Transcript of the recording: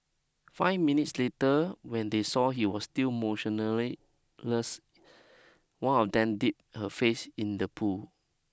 five minutes later when they saw he was still less one of them dipped her face in the pool